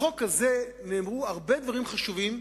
בחוק הזה נאמרו הרבה דברים חשובים,